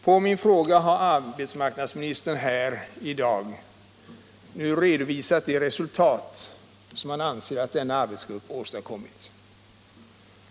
På min fråga har arbetsmarknadsministern här i dag redovisat det resultat som han anser att denna arbetsgrupp åstadkommit.